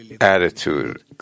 attitude